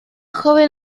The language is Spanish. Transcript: joven